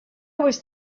was